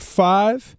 five